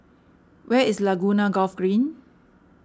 where is Laguna Golf Green